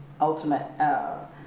ultimate